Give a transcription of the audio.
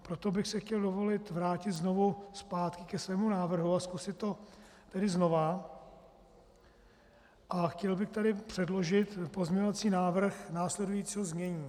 Proto bych si chtěl dovolit vrátit znovu zpátky ke svému návrhu a zkusit to tedy znovu a chtěl bych tady předložit pozměňovací návrh následujícího znění.